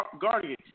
guardian